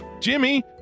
Jimmy